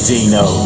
Dino